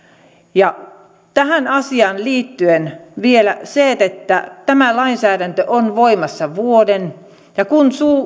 tähän asiaan liittyen vielä se että tämä lainsäädäntö on voimassa vuoden ja kun